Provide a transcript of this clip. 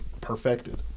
perfected